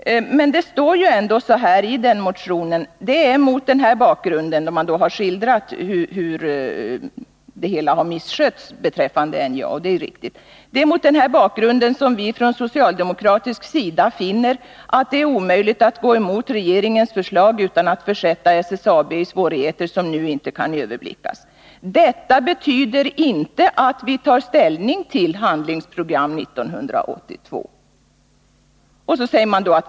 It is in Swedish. Men det står följande i denna motion: ”Det är mot den här bakgrunden” — man har då givit en riktig skildring av misskötseln i fråga om NJA — ”som vi från socialdemokratisk sida finner att det är omöjligt att gå emot regeringens förslag utan att försätta SSAB i svårigheter som nu inte kan överblickas. Detta betyder inte att vi tar ställning till Handlingsprogram 82.